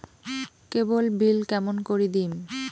কেবল bill কেমন করি দিম?